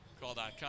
call.com